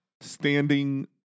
standing